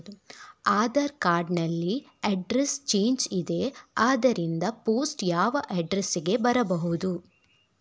Aadhaar card ನಲ್ಲಿ address change ಇದೆ ಆದ್ದರಿಂದ ಪೋಸ್ಟ್ ಯಾವ ಅಡ್ರೆಸ್ ಗೆ ಬರಬಹುದು?